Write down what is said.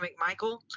McMichael